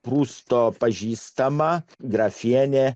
prusto pažįstama grafienė